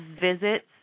visits